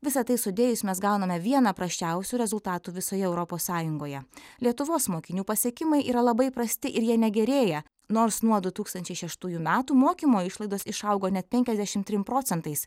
visa tai sudėjus mes gauname vieną prasčiausių rezultatų visoje europos sąjungoje lietuvos mokinių pasiekimai yra labai prasti ir jie negerėja nors nuo du tūkstančiai šeštųjų metų mokymo išlaidos išaugo net penkiasdešimt trim procentais